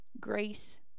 Grace